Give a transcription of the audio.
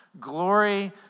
Glory